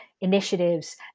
initiatives